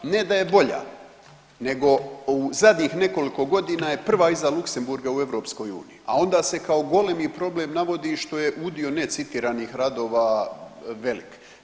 Ne da je bolja nego u zadnjih nekoliko godina je prva iza Luksemburga u EU, a onda se kao golemi problem navodi što je udio ne citiranih radova velik.